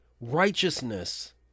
righteousness